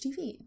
TV